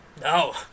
No